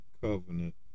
covenant